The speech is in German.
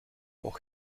auch